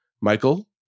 Michael